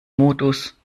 modus